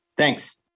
Thanks